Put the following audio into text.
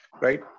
right